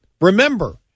Remember